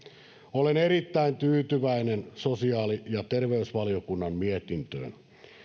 olen erittäin tyytyväinen sosiaali ja terveysvaliokunnan mietintöön